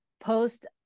post